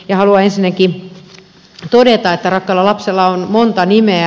haluan ensinnäkin todeta että rakkaalla lapsella on monta nimeä